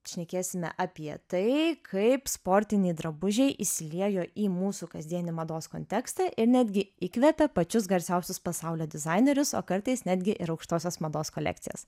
šnekėsime apie tai kaip sportiniai drabužiai įsiliejo į mūsų kasdienį mados kontekstą ir netgi įkvepia pačius garsiausius pasaulio dizainerius o kartais netgi ir aukštosios mados kolekcijas